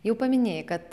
jau paminėjai kad